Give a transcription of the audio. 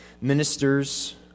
ministers